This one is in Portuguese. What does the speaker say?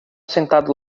sentado